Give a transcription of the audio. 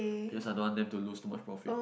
because I don't want them to lose too much profit